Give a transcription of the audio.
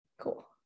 Cool